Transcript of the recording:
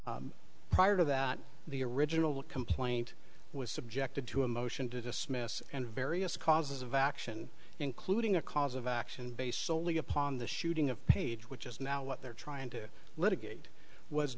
prior to that the original complaint was subjected to a motion to dismiss and various causes of action including a cause of action based solely upon the shooting of page which is now what they're trying to